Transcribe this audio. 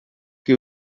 que